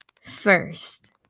first